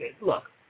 Look